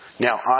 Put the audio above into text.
Now